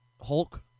Hulk